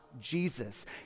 Jesus